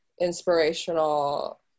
inspirational